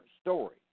story